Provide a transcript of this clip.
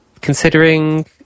Considering